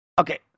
Okay